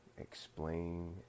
explain